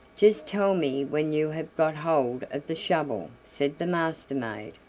just tell me when you have got hold of the shovel, said the master-maid.